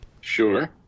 Sure